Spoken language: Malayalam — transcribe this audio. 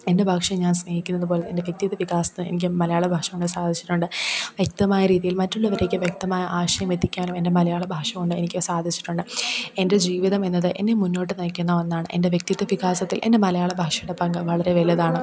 എന്റെ ഭാഷയെ ഞാൻ സ്നേഹിക്കുന്നത് പോലെ എന്റെ വ്യക്തിത്വം വികാസത്തെ എനിക്ക് മലയാള ഭാഷകൊണ്ട് സാധിച്ചിട്ടുണ്ട് വ്യക്തമായ രീതിയിൽ മറ്റുള്ളവരിലേക്ക് വ്യക്തമായ ആശയമെത്തിക്കാനും എന്റെ മലയാള ഭാഷകൊണ്ട് എനിക്ക് സാധിച്ചിട്ടുണ്ട് എന്റെ ജീവിതമെന്നത് എന്നെ മുന്നോട്ട് നയിക്കുന്ന ഒന്നാണ് എന്റെ വ്യക്തിത്വം വികാസത്തിൽ എന്റെ മലയാളഭാഷയുടെ പങ്ക് വളരെ വലുതാണ്